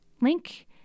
link